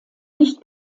nicht